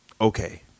okay